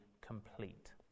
complete